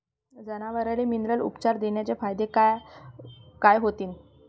जनावराले मिनरल उपचार देण्याचे फायदे काय होतीन?